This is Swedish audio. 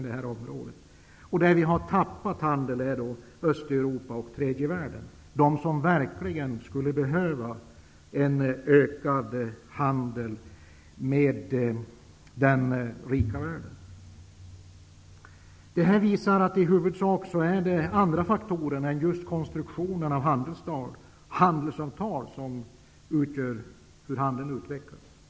Vi har däremot tappat handeln med Östeuropa och tredje världen -- de länder som verkligen skulle behöva en ökad handel med den rika världen. Detta visar att det i huvudsak är andra faktorer än konstruktionen av handelsavtal som avgör hur handeln utvecklas.